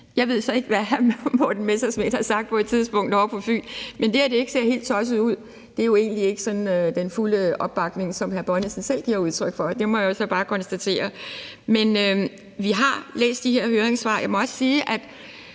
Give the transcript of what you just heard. Jeg ved så ikke, hvad hr. Morten Messerschmidt har sagt på et tidspunkt ovre på Fyn, men det, at det ikke ser helt tosset ud, betyder jo egentlig ikke sådan den fulde opbakning, som hr. Erling Bonnesen selv giver udtryk for. Det må jeg jo bare konstatere. Men vi har læst de her høringssvar, og jeg har